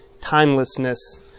timelessness